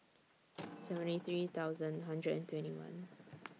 seventy three thousand hundred and twenty one